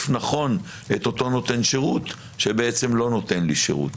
נכון את אותו נותן שירות שבעצם לא נותן לי שירות.